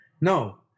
No